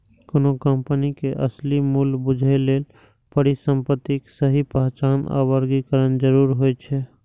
कोनो कंपनी के असली मूल्य बूझय लेल परिसंपत्तिक सही पहचान आ वर्गीकरण जरूरी होइ छै